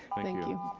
thank you.